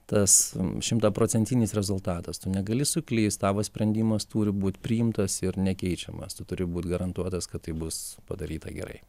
tas šimtaprocentinis rezultatas tu negali suklyst tavo sprendimas turi būt priimtas ir nekeičiamas tu turi būt garantuotas kad tai bus padaryta gerai